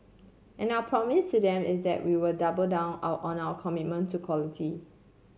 and our promise to them is that we will double down out on our commitment to quality